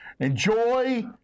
Enjoy